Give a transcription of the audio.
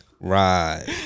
Right